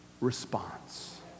response